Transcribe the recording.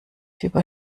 fieber